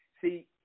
See